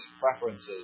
preferences